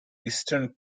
eastern